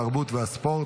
תרבות והספורט,